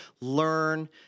Learn